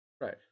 Right